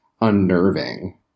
unnerving